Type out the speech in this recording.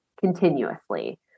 continuously